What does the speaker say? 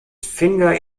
finger